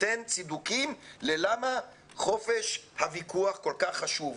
נותן צידוקים ללמה חופש הוויכוח כל כך חשוב.